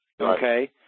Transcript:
Okay